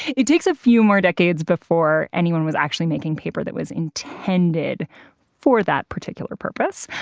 it takes a few more decades before anyone was actually making paper that was intended for that particular purpose.